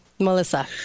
Melissa